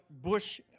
bush